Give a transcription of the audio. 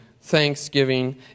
thanksgiving